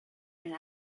and